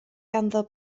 ganddo